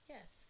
Yes